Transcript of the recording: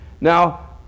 Now